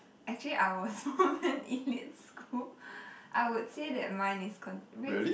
actually I was from an elite school I would say that mine is con~ wait